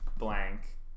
blank